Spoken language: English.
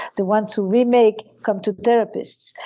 the ones who remake come to therapist.